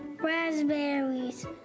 Raspberries